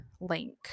link